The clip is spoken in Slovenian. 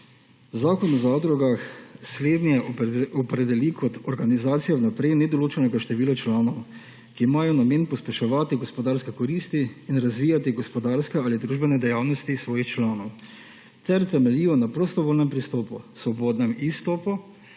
Zakon o zadrugah slednje opredeli kot »organizacije vnaprej nedoločenega števila članov, ki imajo namen pospeševati gospodarske koristi in razvijati gospodarske ali družbene dejavnosti svojih članov ter temeljijo na prostovoljnem pristopu, svobodnem izstopu,